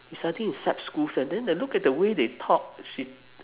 they study in SAP schools eh then I look at the way they talk she